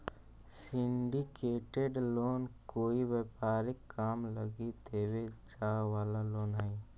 syndicated loan कोई व्यापारिक काम लगी देवे जाए वाला लोन हई